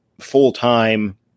full-time